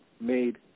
made